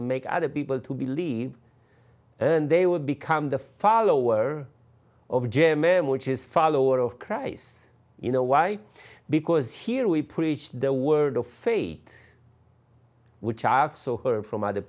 to make other people to believe they would become the follower of jim man which is follower of christ you know why because here we preach the word of fate which are so heard from other